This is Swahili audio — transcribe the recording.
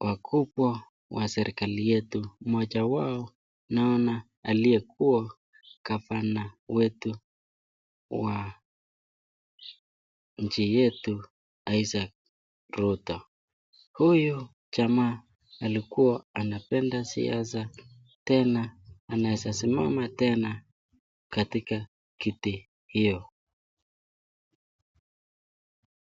wakubwa wa serikali yetu, mmoja wao naona aliyekuwa gavana wetu wa nchi yetu Isaac Ruto. Huyo jamaa alikuwa anapenda siasa tena anaezasimama tena katika kiti hiyo.